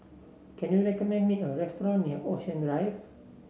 can you recommend me a restaurant near Ocean Drive